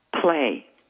play